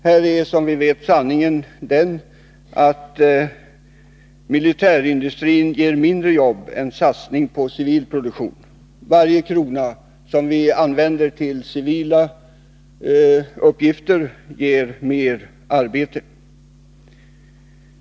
Här är, som vi vet, sanningen den att en satsning inom militärindustrin ger färre jobb än en satsning på civil produktion. Varje krona som används till civila uppgifter ger mer arbete.